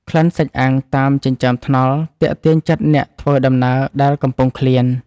ក្លិនសាច់អាំងតាមចិញ្ចើមថ្នល់ទាក់ទាញចិត្តអ្នកធ្វើដំណើរដែលកំពុងឃ្លាន។